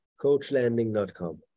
Coachlanding.com